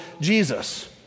Jesus